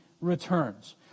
returns